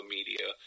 Media